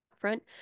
front